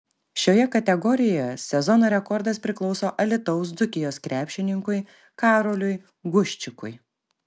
šioje kategorijoje sezono rekordas priklauso alytaus dzūkijos krepšininkui karoliui guščikui